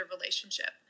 relationship